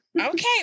Okay